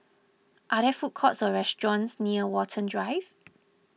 are there food courts or restaurants near Watten Drive